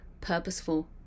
purposeful